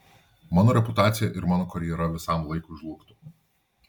mano reputacija ir mano karjera visam laikui žlugtų